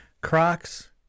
Crocs